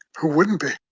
who wouldn't be?